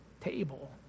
table